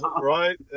Right